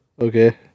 Okay